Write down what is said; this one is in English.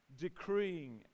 decreeing